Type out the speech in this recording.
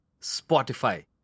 Spotify